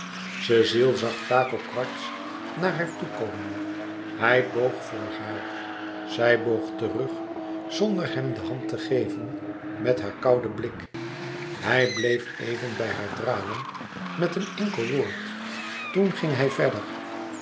cecile zag taco quaerts naar haar toekomen hij boog voor haar zij boog terug zonder hem de hand te geven met haar kouden blik hij bleef even bij haar dralen met een enkel woord toen ging hij verder